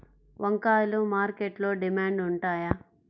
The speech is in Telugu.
వంకాయలు మార్కెట్లో డిమాండ్ ఉంటాయా?